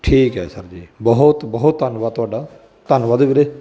ਠੀਕ ਹੈ ਸਰ ਜੀ ਬਹੁਤ ਬਹੁਤ ਧੰਨਵਾਦ ਤੁਹਾਡਾ ਧੰਨਵਾਦ ਵੀਰੇ